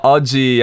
Oggi